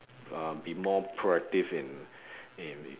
uh be more proactive in in